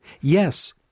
Yes